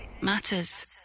matters